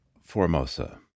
Formosa